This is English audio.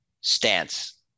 stance